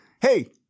hey